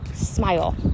smile